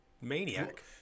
maniac